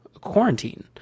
quarantine